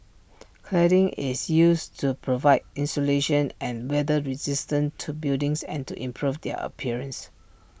cladding is used to provide insulation and weather resistance to buildings and to improve their appearance